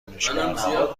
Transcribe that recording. کنشگرها